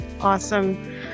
awesome